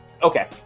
Okay